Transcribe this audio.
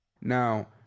Now